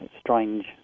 strange